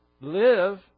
live